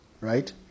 right